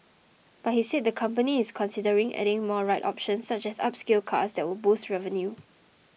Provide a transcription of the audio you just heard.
but he said the company is considering adding more ride options such as upscale cars that would boost revenue